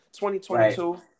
2022